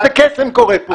איזה קסם קורה פה?